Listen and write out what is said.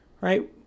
right